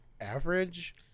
average